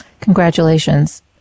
Congratulations